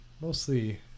mostly